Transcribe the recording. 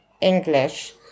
English